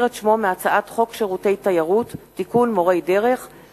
הצעת חוק ייצוג הולם לנשים בוועדת חקירה ממלכתית ובוועדת בדיקה ממשלתית,